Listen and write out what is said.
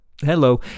Hello